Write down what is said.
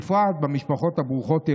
בפרט במשפחות ברוכות הילדים,